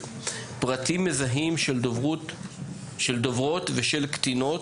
פרטים מזהים של דוברות ושל קטינות,